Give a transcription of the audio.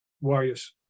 Warriors